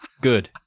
good